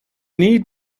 need